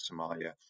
Somalia